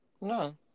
No